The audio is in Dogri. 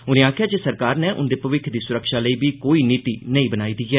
उनें आखेआ जे सरकार नै उंदे भविक्ख दी सुरक्षा लेई बी कोई नीति नेई बनाई दी ऐ